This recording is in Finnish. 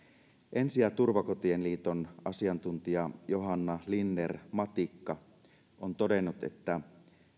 ensi ja turvakotien liiton asiantuntija johanna linner matikka on todennut että